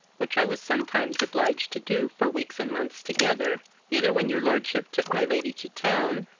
which i was sometimes obliged to do for weeks and months together, either when your lordship took my lady to town,